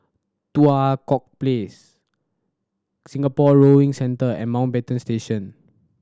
Tua Kong Place Singapore Rowing Centre and Mountbatten Station